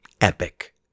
Epic